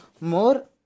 more